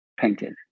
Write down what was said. painted